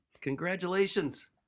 Congratulations